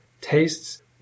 tastes